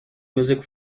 music